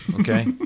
okay